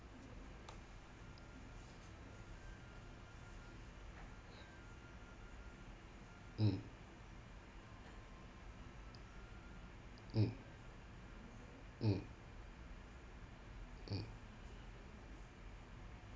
mm mm mm mm